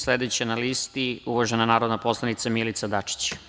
Sledeća je na listi uvažena narodna poslanica Milica Dačić.